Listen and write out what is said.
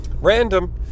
random